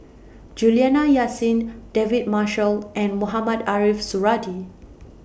Juliana Yasin David Marshall and Mohamed Ariff Suradi